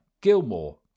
Gilmore